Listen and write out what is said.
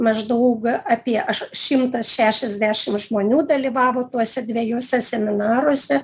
maždaug apie šimtas šešiasdešim žmonių dalyvavo tuose dviejuose seminaruose